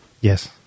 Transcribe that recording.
Yes